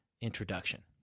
introduction